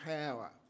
power